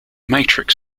matrix